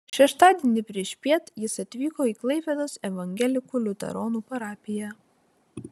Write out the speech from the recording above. šeštadienį priešpiet jis atvyko į klaipėdos evangelikų liuteronų parapiją